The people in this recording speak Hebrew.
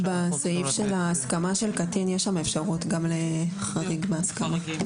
בסעיף של ההסכמה של קטין יש שם אפשרות גם לחריג בהסכמה.